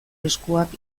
eskuak